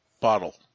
bottle